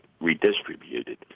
redistributed